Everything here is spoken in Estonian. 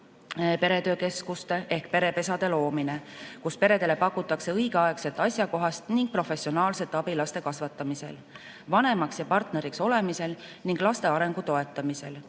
peretöökeskuste ehk perepesade loomine, kus peredele pakutakse õigeaegselt asjakohast ning professionaalset abi laste kasvatamisel, vanemaks ja partneriks olemisel ning laste arengu toetamisel. Kahtlemata